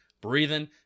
breathing